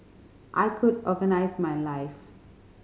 I could organise my life